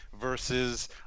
versus